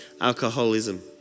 alcoholism